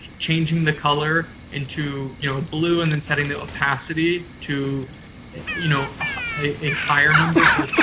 changing the color into you know blue and then setting the opacity to you know ah a higher number so.